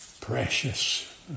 Precious